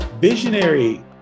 Visionary